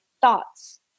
thoughts